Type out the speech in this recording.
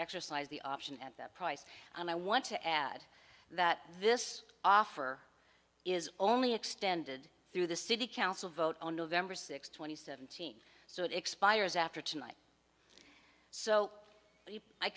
exercise the option at that price and i want to add that this offer is only extended through the city council vote on november sixth twenty seventeen so it expires after tonight so i